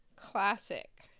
classic